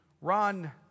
run